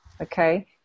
Okay